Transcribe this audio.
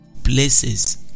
places